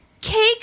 cake